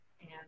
and-